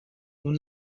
nous